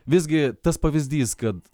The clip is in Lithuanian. visgi tas pavyzdys kad